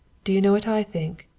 do you know what i think?